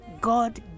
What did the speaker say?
God